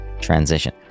transition